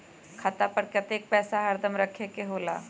खाता पर कतेक पैसा हरदम रखखे के होला?